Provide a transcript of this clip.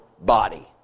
body